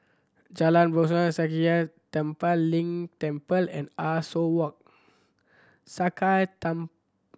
Jalan Sakya Tenphel Ling Temple and Ah Soo Walk